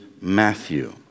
Matthew